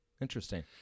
Interesting